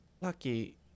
Lucky